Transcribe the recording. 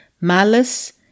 malice